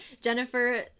Jennifer